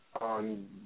on